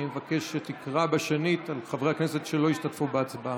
אני מבקש שתקרא שנית את חברי הכנסת שלא השתתפו בהצבעה.